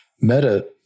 meta